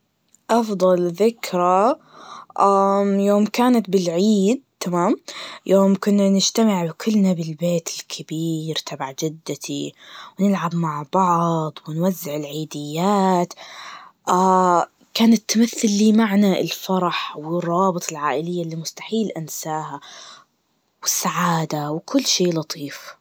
أفضل ذكرى يوم كانت بالعيد, تمام؟ يوم كنا نجتمع كلنا بالبيت الكبير تبع جدتي, ونلعب مع بعض, ونوزع العيديات, كانت تمثل لي معنى الفرح والروابط العائلية اللي مستحيل أنساهها, والسعادة, وكل شي لطيف.